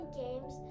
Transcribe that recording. games